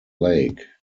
lake